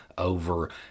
over